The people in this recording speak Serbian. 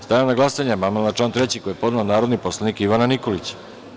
Stavljam na glasanje amandman na član 3. koji je podnela narodni poslanik Ivana Nikolić.